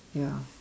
ya